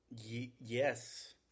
yes